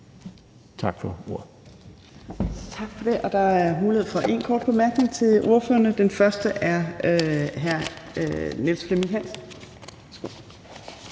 Tak for ordet.